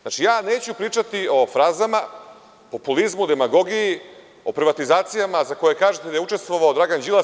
Znači neću pričati o frazama, populizmu, demagogiji, o privatizacijama za koje kažete da je učestvovao Dragan Đilas.